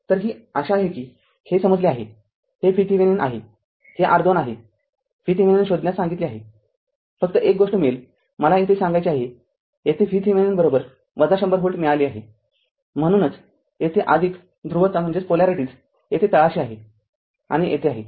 तरही आशा आहे कि हे समजले आहे हे VThevenin आहे हे R२ आहे VThevenin शोधण्यास सांगण्यात आले होतेफक्त एक गोष्ट मिळेल मला येथे सांगायचे आहे येथे VThevenin १०० व्होल्ट मिळाले आहे म्हणूनच येथे ध्रुवता येथे तळाशी आहे आणि येथे आहे